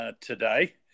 Today